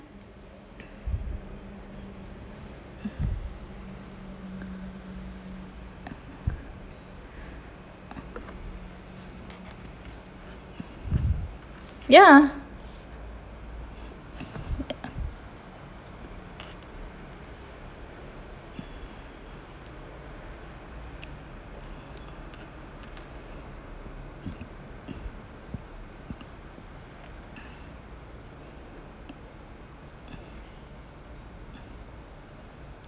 ya